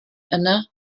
yna